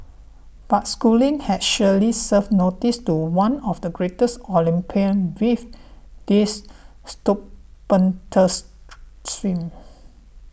but Schooling has surely served notice to one of the greatest Olympian with this stupendous swim